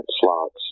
slots